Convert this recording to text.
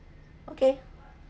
okay